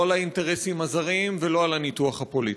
לא על האינטרסים הזרים ולא על הניתוח הפוליטי.